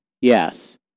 Yes